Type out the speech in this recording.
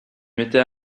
m’étais